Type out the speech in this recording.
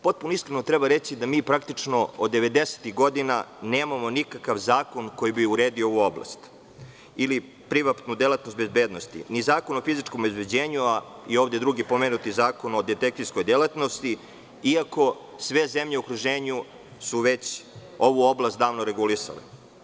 Potpuno iskreno treba reći da mi, praktično, od devedesetih godina nemamo nikakav zakon koji bi uredio ovu oblast ili privatnu delatnost bezbednosti, ni zakon o fizičkom obezbeđenju, a i ovde drugi pomenuti zakon o detektivskoj delatnosti, iako sve zemlje u okruženju su već ovu oblast davno regulisale.